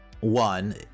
one